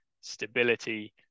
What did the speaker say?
stability